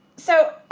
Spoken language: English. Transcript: so,